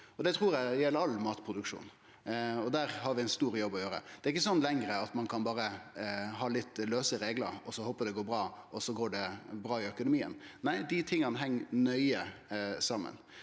Det trur eg gjeld all matproduksjon. Der har vi ein stor jobb å gjere. Det er ikkje slik lenger at ein berre kan ha litt lause reglar, håpe det går bra, og så går det bra i økonomien. Nei, dei tinga heng nøye saman.